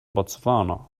botswana